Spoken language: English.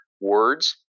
words